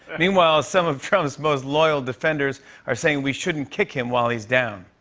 meanwhile, some of trump's most loyal defenders are saying we shouldn't kick him while he's down.